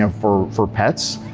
ah for for pets.